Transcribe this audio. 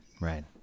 Right